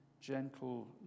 Gentle